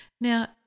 Now